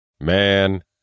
Man